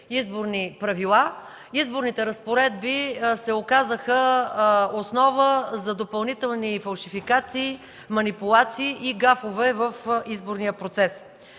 изборни правила, изборните разпоредби се оказаха основа за допълнителни фалшификации, манипулации и гафове в изборния процес.